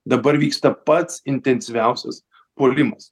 dabar vyksta pats intensyviausias puolimas